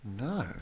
No